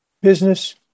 business